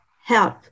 help